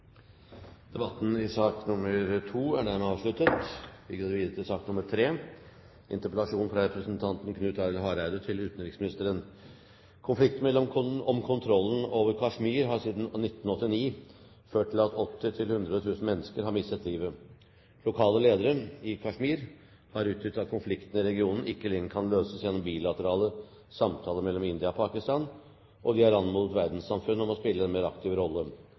debatten kan fokusere på hva vi kan gjøre nå. La meg gjenta mitt kjernebudskap: «Konflikten om kontrollen over Kashmir har siden 1989 ført til at 80 000–100 000 mennesker har mistet livet. Lokale ledere i Kashmir har uttrykt at konflikten i regionen ikke lenger kan løses gjennom bilaterale samtaler mellom India og Pakistan, og de har anmodet verdenssamfunnet om å spille en mer aktiv rolle.